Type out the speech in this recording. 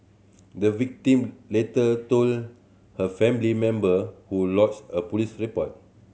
the victim later told her family member who lodged a police report